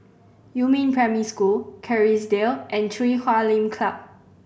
Yumin Primary School Kerrisdale and Chui Huay Lim Club